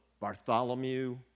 Bartholomew